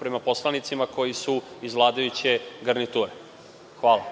prema poslanicima koji su iz vladajuće garniture. Hvala.